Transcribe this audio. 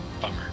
Bummer